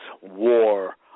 war